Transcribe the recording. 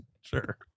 Sure